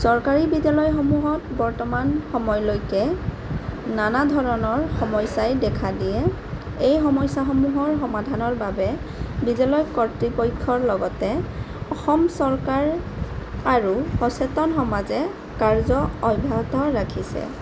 চৰকাৰী বিদ্যালয়সমূহত বৰ্তমান সময়লৈকে নানা ধৰণৰ সমস্যাই দেখা দিয়ে এই সমস্যাসমূহৰ সমাধানৰ বাবে বিদ্যালয় কৰ্তৃপক্ষৰ লগতে অসম চৰকাৰ আৰু সচেতন সমাজে কাৰ্য অব্যাহত ৰাখিছে